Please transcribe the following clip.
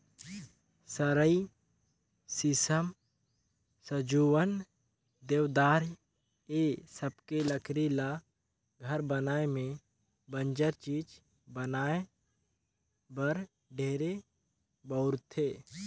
सरई, सीसम, सजुवन, देवदार ए सबके लकरी ल घर बनाये में बंजर चीज बनाये बर ढेरे बउरथे